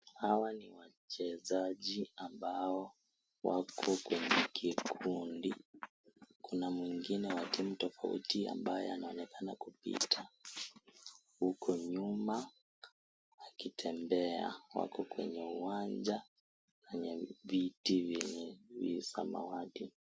Hawa ni wachezaji ambao wako kwenye kikundi kuna mwingine wa timu tofauti ambaye anangangana kupita huko nyuma akitembea. Wako kwenye uwanja, kwenye viti vya samawati.